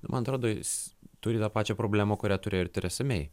man atrodo jis turi tą pačią problemą kurią turėjo ir teresa mei